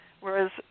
whereas